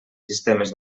sistemes